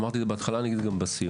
אמרתי את זה בהתחלה, אני אגיד גם בסיום.